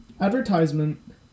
Advertisement